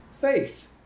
faith